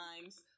times